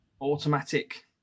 automatic